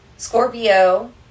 Scorpio